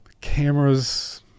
cameras